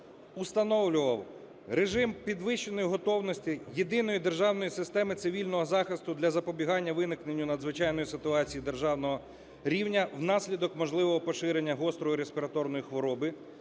встановлювало режим підвищеної готовності єдиної державної системи цивільного захисту для запобігання виникненню надзвичайної ситуації державного рівня внаслідок можливого поширення гострої респіраторної хвороби,